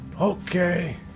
Okay